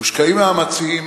מושקעים מאמצים,